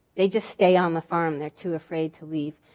they just stay on the farm, they're too afraid to leave.